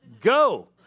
Go